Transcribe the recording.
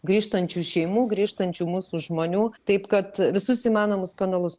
grįžtančių šeimų grįžtančių mūsų žmonių taip kad visus įmanomus kanalus